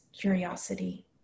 curiosity